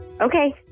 Okay